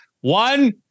One